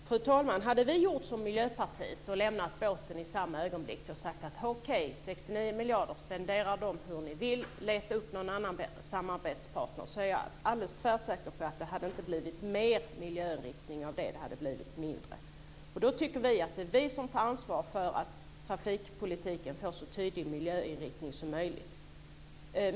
Fru talman! Vi hade kunnat göra som Miljöpartiet, lämnat båten i samma ögonblick och sagt: Spendera 69 miljarder som ni vill, leta upp någon annan samarbetspartner. Jag är alldeles tvärsäker på att det inte hade blivit mer miljöinriktning av det, utan det hade blivit mindre. Vi tycker att vi tar ansvar för att trafikpolitiken får så tydlig miljöinriktning som möjligt.